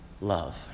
love